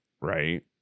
Right